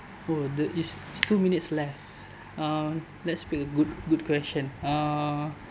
oh the it's it's two minutes left uh let's pick a good good question uh